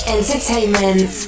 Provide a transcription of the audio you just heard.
Entertainment